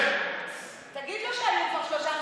8.6%. תגיד לו שהיו כבר שלושה משברים,